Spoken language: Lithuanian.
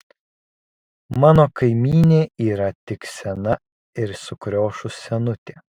mano kaimynė yra tik sena ir sukriošus senutė